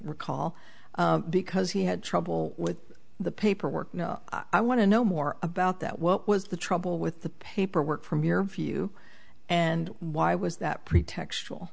recall because he had trouble with the paperwork i want to know more about that what was the trouble with the paperwork from your view and why was that pretextual